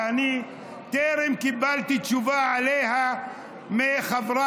ואני טרם קיבלתי תשובה עליה מחבריי,